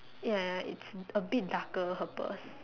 ya it's a bit darker her purse